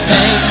Hey